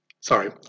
sorry